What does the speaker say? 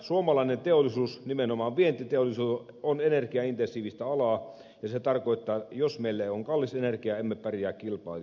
suomalainen teollisuus nimenomaan vientiteollisuus on energiaintensiivistä alaa ja se tarkoittaa että jos meillä on kallista energiaa emme pärjää kilpailussa